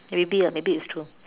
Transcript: maybe ah maybe it's true